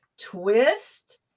twist